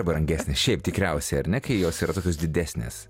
brangesnės šiaip tikriausiai ar ne kai jos yra tokios didesnės